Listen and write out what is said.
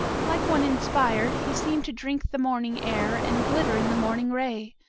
like one inspired, he seemed to drink the morning air and glitter in the morning ray.